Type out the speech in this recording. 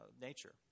nature